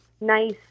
nice